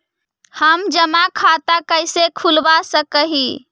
हम जमा खाता कैसे खुलवा सक ही?